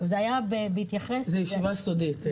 זאת ישיבה סודית.